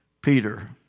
Peter